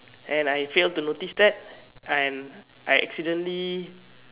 and I failed to notice that and I accidentally